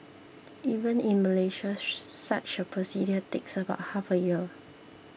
even in Malaysia such a procedure takes about half a year